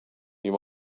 you